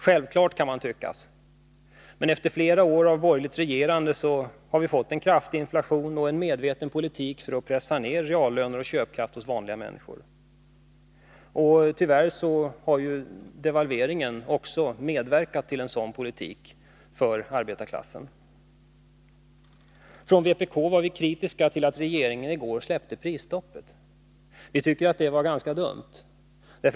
Självklart, kan tyckas, men efter flera år av borgerligt regerande har vi fått en kraftig inflation och en medveten politik för att pressa ner reallöner och köpkraft hos vanliga människor. Tyvärr har devalveringen också medverkat till en sådan effekt för arbetarklassen. Från vpk är vi kritiska till att regeringen i går släppte prisstoppet. Vi tycker att det var ganska dumt.